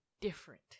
different